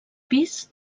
pis